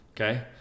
Okay